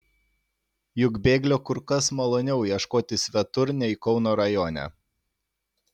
juk bėglio kur kas maloniau ieškoti svetur nei kauno rajone